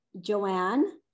Joanne